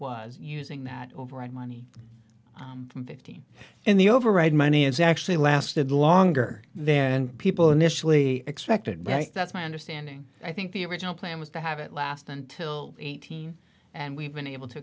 was using that override money fifteen in the override money it's actually lasted longer then people initially expected that's my understanding i think the original plan was to have it last until eighteen and we've been able to